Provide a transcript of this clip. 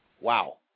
Wow